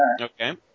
Okay